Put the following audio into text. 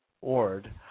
Ord